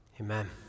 Amen